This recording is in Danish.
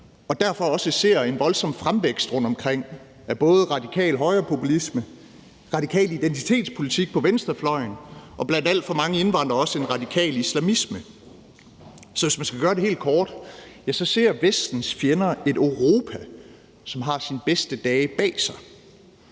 og derfor også ser en voldsom fremvækst rundtomkring af både radikal højrepopulisme, radikal identitetspolitik på venstrefløjen og blandt alt for mange indvandrere også en radikal islamisme. Så hvis man skal gøre det helt kort, ser Vestens fjender et Europa, som har sine bedste dage bag sig,